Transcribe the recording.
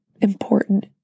important